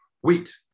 wheat